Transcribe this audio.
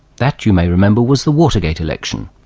that, you may remember, was the watergate election.